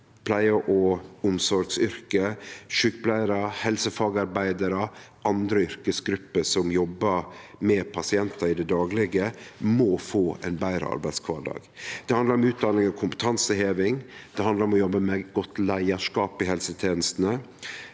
pleie- og omsorgsyrke, sjukepleiarar, helsefagarbeidarar og andre yrkesgrupper som jobbar med pasientar i det daglege, må få ein betre arbeidskvardag. Det handlar om utdanning og kompetanseheving, det handlar om å jobbe med godt leiarskap i helsetenestene,